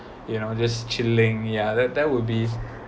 you know just chilling yeah that that would be